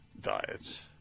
diets